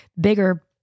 bigger